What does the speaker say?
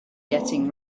getting